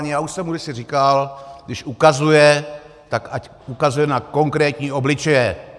Já už jsem mu kdysi říkal, když ukazuje, tak ať ukazuje na konkrétní obličeje.